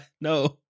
no